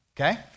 okay